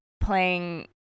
playing